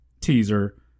teaser